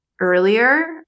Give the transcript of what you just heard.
earlier